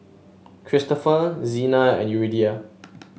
Christopher Zina and Yuridia